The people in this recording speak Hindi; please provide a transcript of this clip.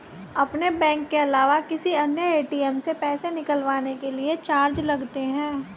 अपने बैंक के अलावा किसी अन्य ए.टी.एम से पैसे निकलवाने के चार्ज लगते हैं